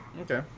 okay